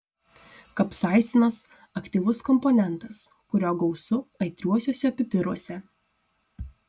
kapsaicinas aktyvus komponentas kurio gausu aitriuosiuose pipiruose